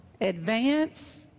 advance